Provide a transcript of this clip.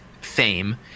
fame